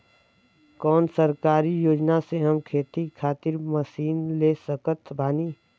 कौन सरकारी योजना से हम खेती खातिर मशीन ले सकत बानी?